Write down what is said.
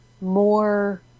more